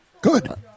Good